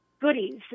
goodies